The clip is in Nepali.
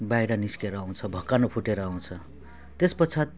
बाहिर निस्केर आउँछ भक्कानो फुटेर आउँछ त्यस पश्चात्